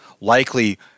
likely